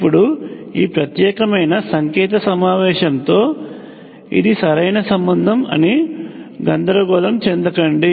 ఇప్పుడు ఈ ప్రత్యేకమైన సంకేత సమావేశంతో ఇది సరైన సంబంధం అని గందరగోళం చెందకండి